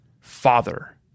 father